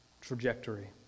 trajectory